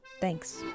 Thanks. ¶¶